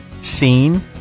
seen